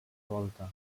volta